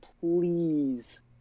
please